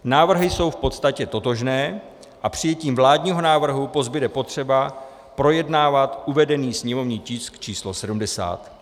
Návrhy jsou v podstatě totožné a přijetím vládního návrhu pozbude potřeba projednávat uvedený sněmovní tisk č. 70.